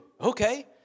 Okay